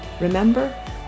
Remember